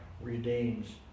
redeems